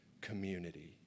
community